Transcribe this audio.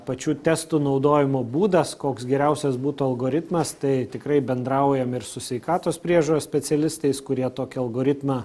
pačių testų naudojimo būdas koks geriausias būtų algoritmas tai tikrai bendraujam ir su sveikatos priežiūros specialistais kurie tokį algoritmą